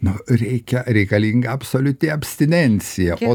nu reikia reikalinga absoliuti abstinencija o